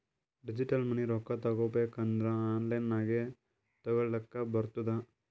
digital money ರೊಕ್ಕಾ ತಗೋಬೇಕ್ ಅಂದುರ್ ಆನ್ಲೈನ್ ನಾಗೆ ತಗೋಲಕ್ ಬರ್ತುದ್